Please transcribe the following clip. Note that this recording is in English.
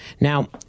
Now